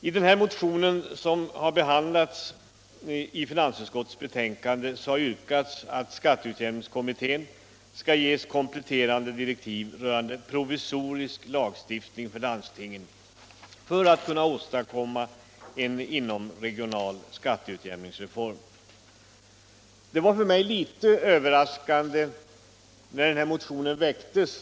I den motion som har behandlats av finansutskottet i det föreliggande betänkandet har det yrkats att skatteutjämningskommittén skall ges kompletterande direktiv rörande provisorisk lagstiftning för landstingen för att kunna åstadkomma en inomregional skatteutjämningsreform. Det var för mig överraskande att den här motionen väcktes.